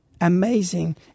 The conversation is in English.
Amazing